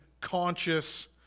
conscious